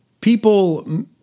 People